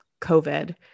COVID